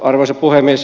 arvoisa puhemies